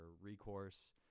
recourse